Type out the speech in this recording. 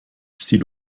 sie